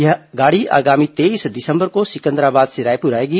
यह गाड़ी आगामी तेईस दिसंबर को सिकंदराबाद से रायपुर आएगी